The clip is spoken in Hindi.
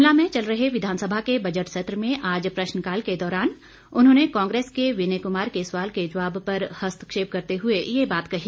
शिमला में चल रहे विधानसभा के बजट सत्र में आज प्रश्नकाल के दौरान उन्होंने कांग्रेस के विनय कमार के सवाल के जवाब पर हस्तक्षेप करते हुए ये बात कही